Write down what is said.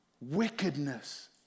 wickedness